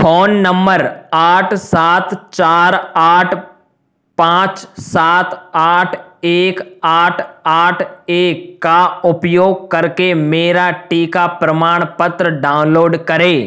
phone number आठ सात चार आठ पाँच सात आठ एक आठ आठ एक का उपयोग करके मेरा टीका प्रमाणपत्र डाउनलोड करें